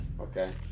Okay